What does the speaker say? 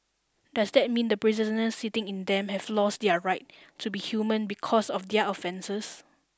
does that mean the prisoners sitting in them have lost their right to be human because of their offences